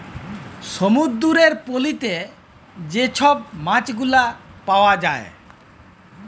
সমুদ্দুরের পলিতে যে ছব মাছগুলা পাউয়া যায়